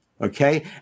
okay